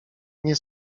nie